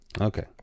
okay